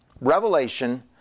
Revelation